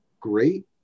great